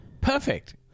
perfect